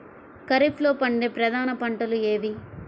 ఖరీఫ్లో పండే ప్రధాన పంటలు ఏవి?